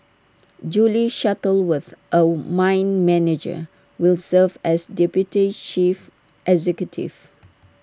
Julie Shuttleworth A mine manager will serve as deputy chief executive